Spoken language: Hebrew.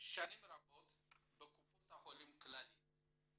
שנים רבות בקופת חולים כללית.